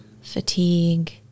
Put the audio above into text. fatigue